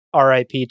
RIP